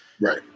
Right